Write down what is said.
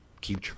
keep